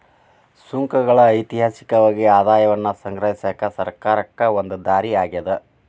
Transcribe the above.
ಸುಂಕಗಳ ಐತಿಹಾಸಿಕವಾಗಿ ಆದಾಯವನ್ನ ಸಂಗ್ರಹಿಸಕ ಸರ್ಕಾರಕ್ಕ ಒಂದ ದಾರಿ ಆಗ್ಯಾದ